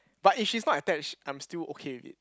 but if she's not attached I'm still okay a bit